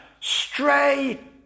stray